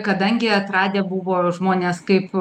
kadangi atradę buvo žmonės kaip